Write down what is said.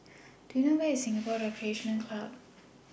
Do YOU know Where IS Singapore Recreation Club